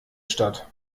statt